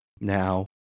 now